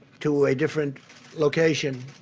to a different location.